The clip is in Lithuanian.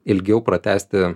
ilgiau pratęsti